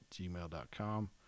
gmail.com